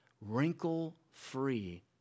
Wrinkle-free